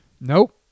nope